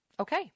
Okay